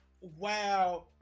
Wow